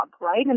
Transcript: right